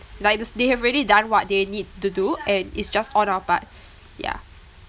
like this they have already done what they need to do and it's just on our part ya